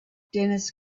dennis